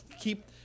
keep